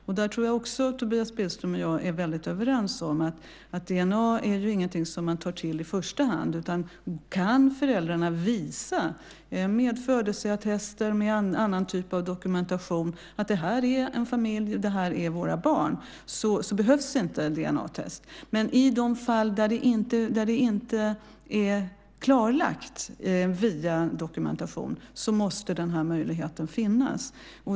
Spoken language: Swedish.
Jag tror att Tobias Billström och jag är överens om att DNA inte är något man tar till i första hand. Om föräldrarna med hjälp av födelseattester eller annan typ av dokumentation kan visa att de är en familj och att barnen är deras behövs inte DNA-test. I de fall där det inte är klarlagt via dokumentation måste möjligheten finnas.